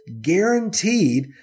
Guaranteed